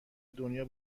دنیا